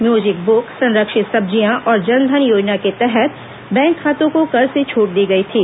music book संरक्षित सब्जियां और जनधन योजना के तहत बैंक खातों को कर से छूट दी गई थी